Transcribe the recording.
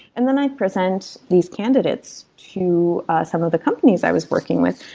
and then i present these candidates to some of the companies i was working with.